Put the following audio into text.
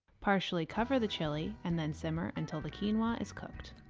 partially cover the chili and then simmer until the quinoa is cooked.